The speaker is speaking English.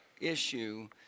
issue